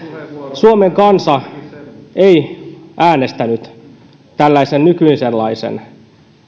suomen kansa ei äänestänyt tällaisen nykyisenlaisen